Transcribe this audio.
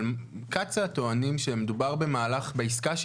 אבל קצא"א טוענים שמדובר בעסקה,